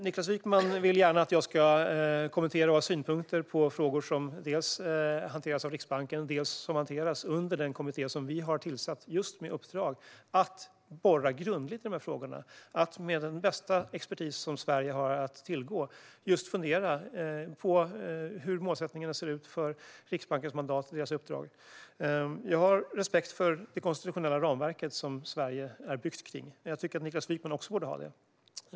Niklas Wykman vill gärna att jag ska kommentera och ha synpunkter på frågor som dels hanteras av Riksbanken, dels hanteras under den kommitté som vi har tillsatt just med uppdrag att borra grundligt i frågorna. Det handlar om att med den bästa expertis som Sverige har att tillgå fundera på hur målsättningarna ser ut för Riksbankens mandat och dess uppdrag. Jag har respekt för det konstitutionella ramverk som Sverige är byggt kring. Jag tycker att Niklas Wykman också borde ha det.